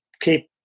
keep